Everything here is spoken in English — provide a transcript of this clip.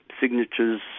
signatures